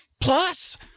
plus